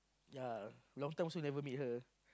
ya long time also never meet her